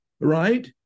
right